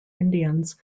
indians